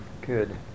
Good